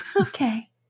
Okay